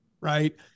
right